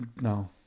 no